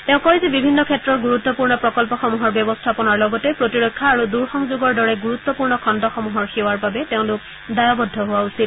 তেওঁ কয় যে বিভিন্ন ক্ষেত্ৰৰ গুৰুত্বপূৰ্ণ প্ৰকল্পসমূহৰ ব্যৱস্থাপনাৰ লগতে প্ৰতিৰক্ষা আৰু দূৰসংযোগৰ দৰে গুৰুত্বপূৰ্ণ খণ্ডসমূহৰ সেৱাৰ বাবে তেওঁলোক দায়বদ্ধ হোৱা উচিত